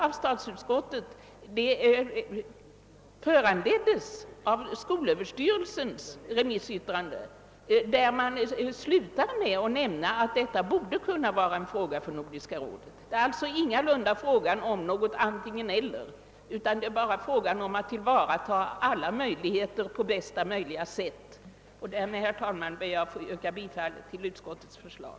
Denna statsutskottets hemställan föranleddes av skolöverstyrelsens remissyttrande, vilket slutar med att nämna att detta borde kunna vara en fråga för Nordiska rådet. Det är alltså ingalunda fråga om något antingen — eller utan det är bara fråga om att tillvarata alla möjligheter på bästa möjliga sätt. Herr talman! Härmed ber jag att få yrka bifall till utskottets förslag.